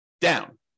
down